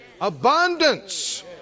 Abundance